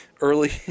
early